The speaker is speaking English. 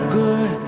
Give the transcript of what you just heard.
good